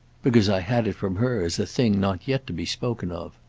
because i had it from her as a thing not yet to be spoken of.